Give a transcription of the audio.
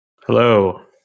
Hello